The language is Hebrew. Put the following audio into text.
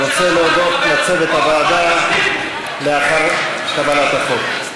רוצה להודות לצוות הוועדה לאחר קבלת החוק.